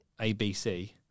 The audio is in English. ABC